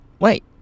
Wait